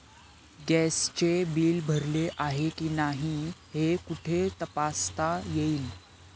गॅसचे बिल भरले आहे की नाही हे कुठे तपासता येईल?